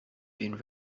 been